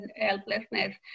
helplessness